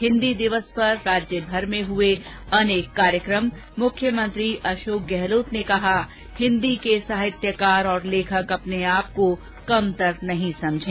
हिन्दी दिवस पर राज्यभर में हुए अनेक कार्यक्रम मुख्यमंत्री अशोक गहलोत ने कहा हिन्दी के साहित्यकार और लेखक अपनेआप को कमतर नहीं समझें